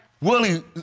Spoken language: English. Willie